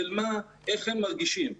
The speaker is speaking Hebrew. של איך הם מרגישים.